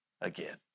again